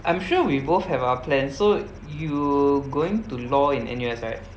I'm sure we both have our plans so you going to law in N_U_S right